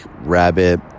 rabbit